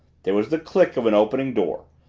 there was the click of an opening door,